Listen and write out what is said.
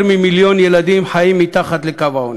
ממיליון ילדים חיים מתחת לקו העוני.